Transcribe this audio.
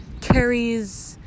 carries